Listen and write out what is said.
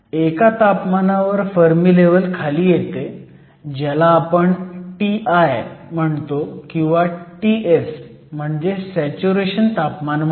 एका तापमानावर Fermi level खाली येते ज्याला आपण Ti म्हणतो किंवा Ts म्हणजे सॅच्युरेशन तापमान म्हणतो